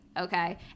okay